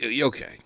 okay